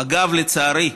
אגב, לצערי,